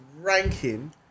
ranking